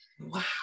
Wow